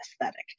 aesthetic